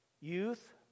youth